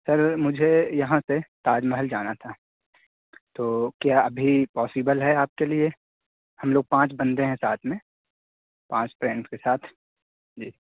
سر مجھے یہاں سے تاج محل جانا تھا تو کیا ابھی پوسبل ہے آپ کے لیے ہم لوگ پانچ بندے ہیں ساتھ میں پانچ فرینڈ کے ساتھ جی